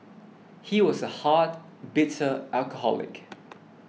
he was a hard bitter alcoholic